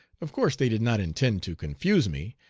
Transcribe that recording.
of course they did not intend to confuse me.